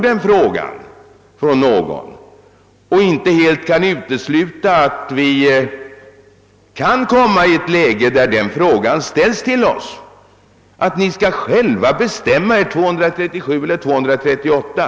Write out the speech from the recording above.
Jag kan alltså inte utesluta att det kan komma att krävas av oss att vi skall bestämma, om vi önskar förhandlingar enligt § 237 eller 8 238.